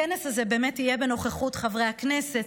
הכנס הזה יהיה בנוכחות חברי הכנסת,